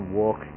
walk